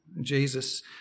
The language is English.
Jesus